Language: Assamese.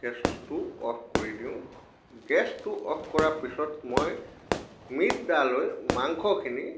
গেছটো অফ কৰি দিওঁ গেছটো অফ কৰা পিছত মই মিট দা লৈ মাংসখিনি